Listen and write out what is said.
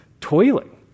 toiling